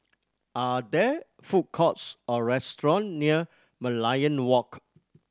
are there food courts or restaurant near Merlion Walk